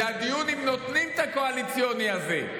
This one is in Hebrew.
הדיון זה אם נותנים את הקואליציוני הזה.